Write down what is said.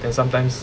and sometimes